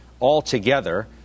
altogether